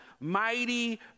mighty